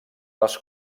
les